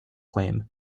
claim